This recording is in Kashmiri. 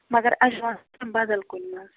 مگر اجوا نہٕ بدل کُنہِ منٛز